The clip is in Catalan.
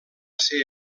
ser